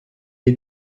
est